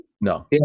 No